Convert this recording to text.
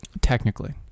technically